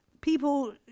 People